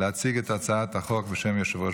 הצעת חוק אמנת הבנק האסייני לפיתוח,